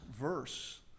verse